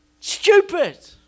Stupid